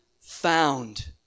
found